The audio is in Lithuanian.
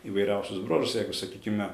įvairiausius bruožus jeigu sakykime